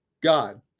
God